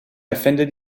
offended